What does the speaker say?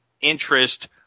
interest